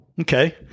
Okay